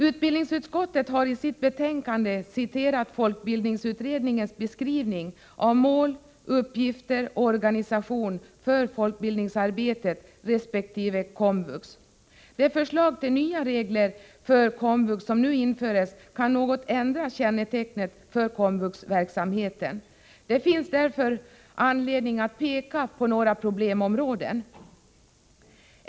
Utbildningsutskottet har i sitt betänkande citerat folkbildningsutredningens beskrivning av mål, uppgifter och organisation för folkbildningsarbetet resp. komvux. Det förslag till nya regler för komvux som nu införs kan något ändra kännetecknen för komvuxverksamheten. Det finns därför anledning att peka på några problemområden.